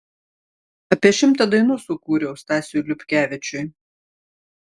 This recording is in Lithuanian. apie šimtą dainų sukūriau stasiui liupkevičiui